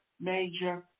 major